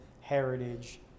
heritage